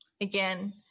again